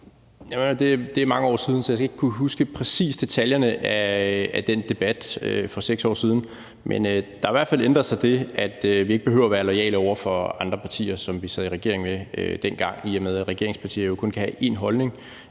det er mange år siden, så jeg skal ikke præcis kunne huske detaljerne i den debat for 6 år siden, men der har i hvert fald ændret sig det, at vi ikke behøver at være loyale over for andre partier, som vi sad i regering med dengang. I og med at regeringspartier jo kun kan have én holdning,